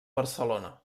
barcelona